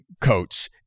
coach